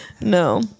No